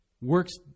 Works